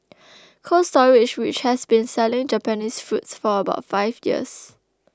Cold Storage which has been selling Japanese fruits for about five years